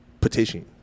petition